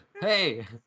Hey